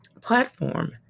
platform